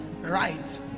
right